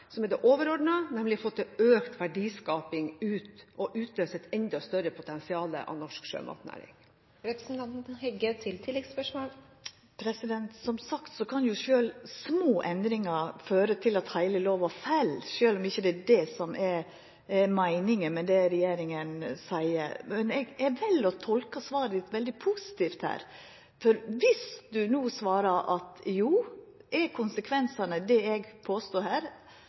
som er det overordnede, nemlig å få til økt verdiskaping og utløse et enda større potensial av norsk sjømatnæring. Som sagt kan sjølv små endringar føra til at heile lova fell, sjølv om det ikkje er det som er meininga med det regjeringa seier. Eg vel å tolka svaret til statsråden veldig positivt, for viss ho no svarar at om konsekvensane er slik eg påstår her,